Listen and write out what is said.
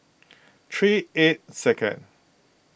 three eight second